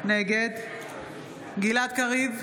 נגד גלעד קריב,